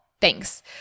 Thanks